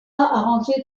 arranger